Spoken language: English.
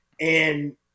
And-